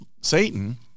Satan